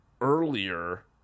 earlier